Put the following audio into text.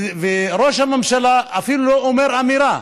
וראש הממשלה אפילו לא אומר אמירה.